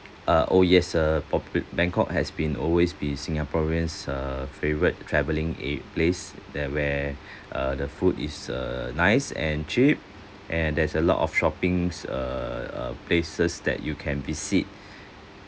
uh oh yes uh popu~ bangkok has been always been singaporeans' uh favourite travelling eh place that where uh the food is uh nice and cheap and there's a lot of shoppings uh uh places that you can visit